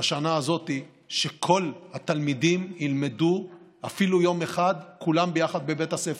בשנה הזאת שכל התלמידים ילמדו אפילו יום אחד כולם ביחד בבית הספר,